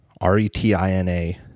r-e-t-i-n-a